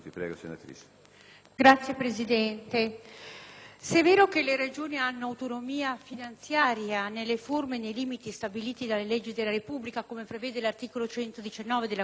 Signor Presidente, se è vero che le Regioni hanno autonomia finanziaria nelle forme e nei limiti stabiliti da leggi della Repubblica (come prevede l'articolo 119 della Costituzione),